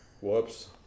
whoops